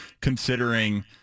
considering –